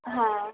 হ্যাঁ